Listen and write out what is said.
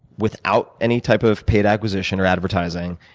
without any type of paid acquisition or advertising,